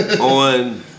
on